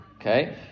okay